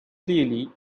clearly